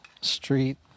Street